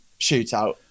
shootout